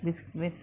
with where